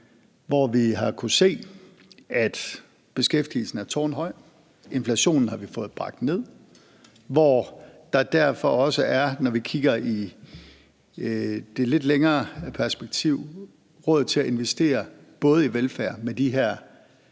hvor vi har kunnet se, at beskæftigelsen er tårnhøj, hvor vi har fået bragt inflationen ned, og hvor der derfor også, når vi kigger i det lidt længere perspektiv, både er råd til at investere i velfærd med de her